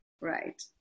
Right